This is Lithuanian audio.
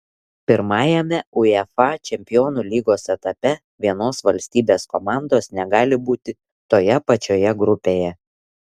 pirmajame uefa čempionų lygos etape vienos valstybės komandos negali būti toje pačioje grupėje